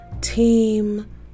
team